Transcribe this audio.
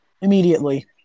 immediately